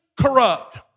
corrupt